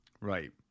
right